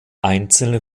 einzelne